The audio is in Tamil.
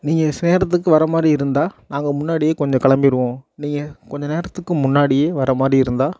நீங்கள் நேரத்துக்கு வரமாதிரி இருந்தால் நாங்கள் முன்னாடியே கொஞ்சம் கிளம்பிடுவோம் நீங்கள் கொஞ்ச நேரத்துக்கு முன்னாடி வரமாதிரி இருந்தால்